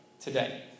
today